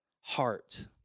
heart